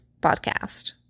podcast